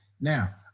Now